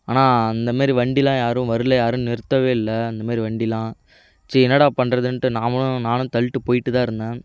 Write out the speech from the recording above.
ஆனால் அந்த மாரி வண்டிலாம் யாரும் வரல யாரும் நிறுத்தவே இல்லை அந்த மாதிரி வண்டிலாம் ச்சீ என்னடா பண்ணுறதுன்ட்டு நாமளும் நானும் தள்ளிட்டு போயிட்டுதான் இருந்தேன்